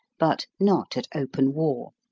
but not at open war.